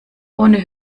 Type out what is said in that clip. ohne